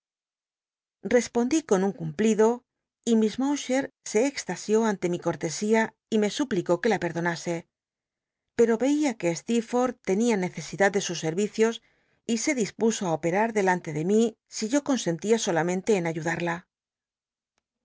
hespondi con un cumplido y miss lllowcher se extasió ante mi cortesia y me suplicó que la perdonase pero eia que steerfortb tenia necesidad de sus seticios y se dispuso á operm delante de mí si yo consentía solamente en ayudarla